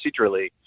procedurally